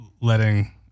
letting